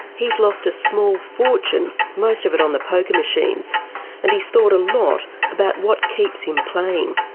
he's lost a small fortune most of it on the poker machines and he's thought a lot about what keeps him playing.